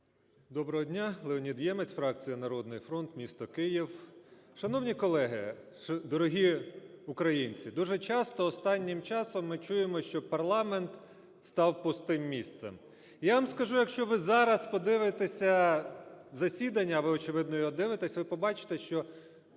Доброго дня! Леонід Ємець, фракція "Народний фронт", місто Київ. Шановні колеги, дорогі українці! Дуже часто останнім часом ми чуємо, що парламент став пустим місцем. Я вам скажу, якщо ви зараз подивитеся засідання (ви, очевидно, його дивитеся), ви побачити, що більшу